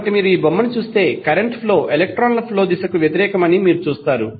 కాబట్టి మీరు ఈ బొమ్మను చూస్తే కరెంట్ ఫ్లో ఎలక్ట్రాన్ల ఫ్లో దిశ కు వ్యతిరేకం అని మీరు చూస్తారు